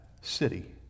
city